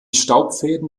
staubfäden